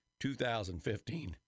2015